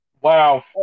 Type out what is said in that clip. Wow